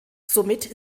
somit